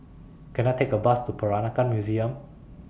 Can I Take A Bus to Peranakan Museum